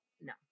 No